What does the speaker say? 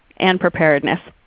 and preparedness.